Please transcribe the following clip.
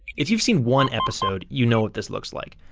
if you've seen one episode, you know what this looks like.